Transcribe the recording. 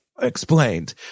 explained